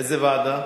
איזו ועדה?